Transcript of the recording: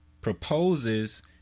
proposes